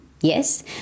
yes